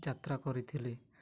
ଯାତ୍ରା କରିଥିଲେ